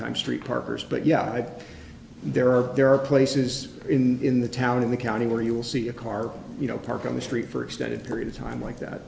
time street parkers but yeah i know there are there are places in the town in the county where you will see a car you know park on the street for extended period of time like that